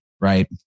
right